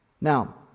Now